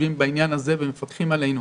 שיושבים בעניין הזה ומפקחים עלינו.